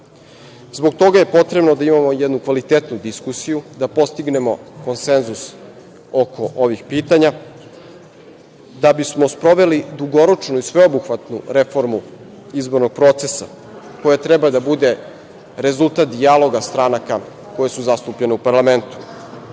Zbog toga je potrebno da imamo jednu kvalitetnu diskusiju, da postignemo konsenzus oko ovih pitanja da bismo sproveli dugoročnu i sveobuhvatnu reformu izbornog procesa koja treba da bude rezultat dijaloga stranaka koje su zastupljene u parlamentu.